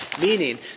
Meaning